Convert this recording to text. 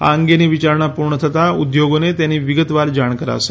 આ અંગેની વિચારણા પૂર્ણ થતાં ઉદ્યોગોને તેની વિગતવાર જાણ કરાશે